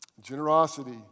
Generosity